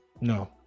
No